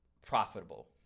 profitable